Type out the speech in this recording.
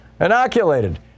inoculated